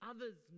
Others